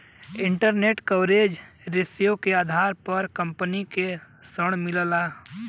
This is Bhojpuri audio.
इंटेरस्ट कवरेज रेश्यो के आधार पर कंपनी के ऋण मिलला